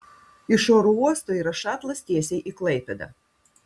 iš oro uosto yra šatlas tiesiai į klaipėdą